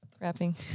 wrapping